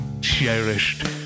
cherished